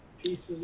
pieces